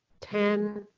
ten,